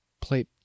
play